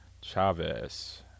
Chavez